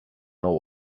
nou